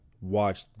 Watch